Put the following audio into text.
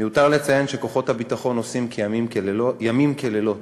מיותר לציין שכוחות הביטחון עושים ימים כלילות